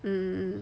mm mm mm